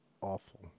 awful